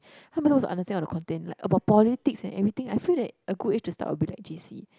how am I supposed to understand all the content like about politics and everything I feel that a good age to start will be like J_C